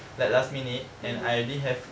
like last minute and I already have